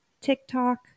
TikTok